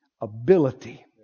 Ability